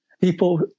people